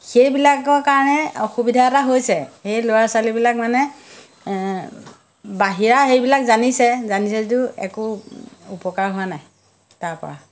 সেইবিলাকৰ কাৰণে অসুবিধা এটা হৈছে সেই ল'ৰা ছোৱালীবিলাক মানে বাহিৰা হেৰিবিলাক জানিছে জানিছে যদিও একো উপকাৰ হোৱা নাই তাৰপৰা